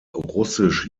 russisch